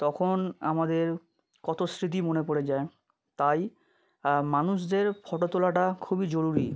তখন আমাদের কতো স্মৃতি মনে পড়ে যায় তাই মানুষদের ফটো তোলাটা খুবই জরুরি